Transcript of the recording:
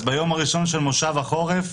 אז ביום ראשון של מושב החורף,